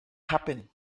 happen